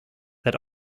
that